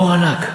בור ענק.